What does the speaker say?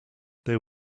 there